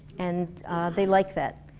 and they like that.